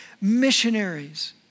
missionaries